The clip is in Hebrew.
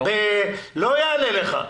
לא יעלה לך,